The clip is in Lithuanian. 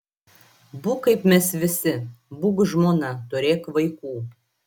būk kaip mes visi būk žmona turėk vaikų